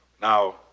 Now